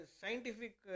scientific